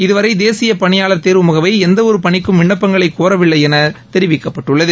இதுவரை தேசிய பணியார் தேர்வு முகனம எந்தவொரு பணிக்கும் விண்ணப்பங்களை கோரவில்லை என தெரிவிக்கப்பட்டுள்ளது